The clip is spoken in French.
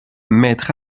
maître